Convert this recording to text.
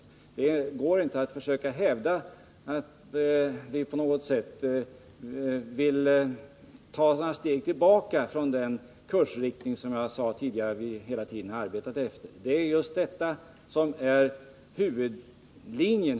Det går inte att försöka hävda att vi på något sätt vill ta några steg tillbaka i det avseendet. Det är den kursriktning vi har hållit hela tiden.